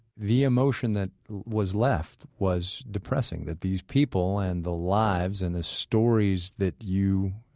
the emotion that was left was depressing that these people and the lives and the stories that you,